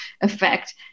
effect